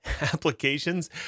applications